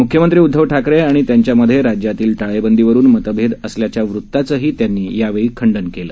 मुख्यमंत्री उद्धव ठाकरे आणि त्यांच्यामधे राज्यातील टाळेबंदीवरून मतभेद असल्याच्या वृताचं त्यांनी यावेळी खंडन केलं